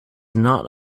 not